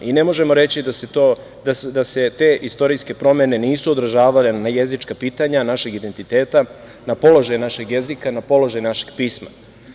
I ne možemo reći da se te istorijske promene nisu odražavale na jezička pitanja našeg identiteta, na položaj našeg jezika, na položaj našeg pisma.